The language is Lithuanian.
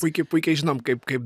puikiai puikiai žinom kaip kaip